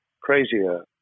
crazier